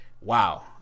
Wow